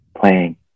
playing